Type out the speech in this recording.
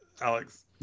Alex